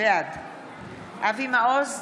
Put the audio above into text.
בעד אבי מעוז,